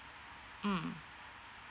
mm